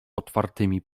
otwartymi